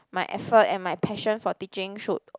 my effort and my passion for teaching should